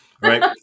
right